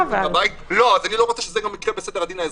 אני לא רוצה שזה מה שיקרה בסדר הדין האזרחי,